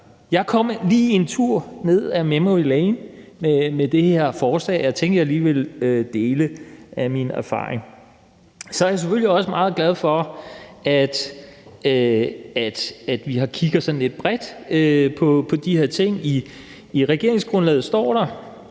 jeg kom lige en tur ned ad memory lane med det her forslag, og jeg tænkte, at jeg lige ville dele af min erfaring. Så er jeg selvfølgelig også meget glad for, at vi kigger sådan lidt bredt på de her ting. I regeringsgrundlaget står der,